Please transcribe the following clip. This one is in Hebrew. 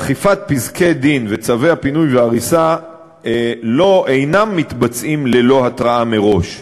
אכיפת פסקי-דין וצווי הפינוי וההריסה אינה מתבצעת ללא התראה מראש.